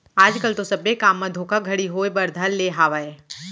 आज कल तो सब्बे काम म धोखाघड़ी होय बर धर ले हावय